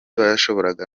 bashoboraga